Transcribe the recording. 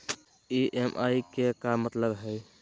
EMI के का मतलब हई?